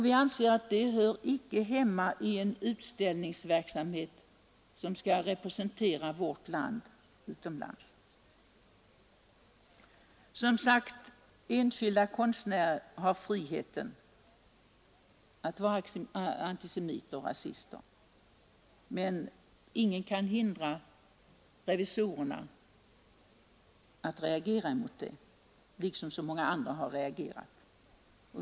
Vi anser att sådana teckningar icke hör hemma i en utställningsverksamhet som skall representera vårt land utomlands. Enskilda konstnärer har som sagt frihet att vara antisemiter och rasister, men ingenting kan hindra revisorerna att reagera mot det, liksom så många andra har reagerat.